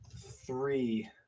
Three